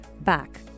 back